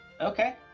Okay